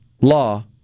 law